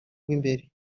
w’imbere